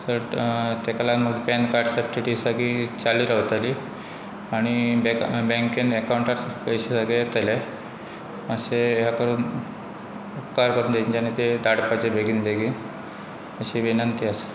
तर तेका लागन म्हग पॅन कार्ड स्टिटी सगळी चालू रावतली आनी बँकेन एकउंटार पयशे सगळें येतले अशें हे करून उपकार करून तेंच्यानी ते धाडपाचें बेगीन बेगीन अशी विनंती आसा